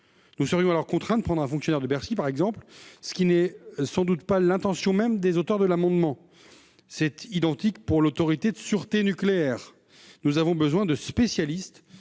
Nous serions alors contraints de prendre un fonctionnaire de Bercy, ce qui n'est sans doute pas l'intention des auteurs de l'amendement. La situation est identique pour l'Autorité de sûreté nucléaire. Nous avons besoin de spécialistes